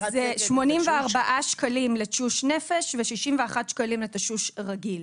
84 שקלים לתשוש נפש ו-61 לתשוש רגיל.